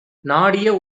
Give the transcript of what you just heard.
நாடிய